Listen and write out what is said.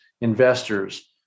investors